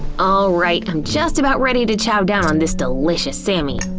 alright, i'm just about ready to chow down on this delicious sammy.